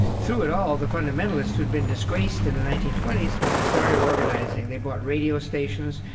through it all the fundamentalists who'd been disgraced in the nineteen twenty s started organizing. they bought radio stations.